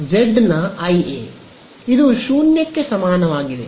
ವಿದ್ಯಾರ್ಥಿ ಜೆಡ್ ನ ಐಎ 0 ಗೆ ಸಮನಾಗಿದೆ